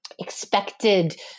Expected